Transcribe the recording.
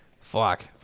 Fuck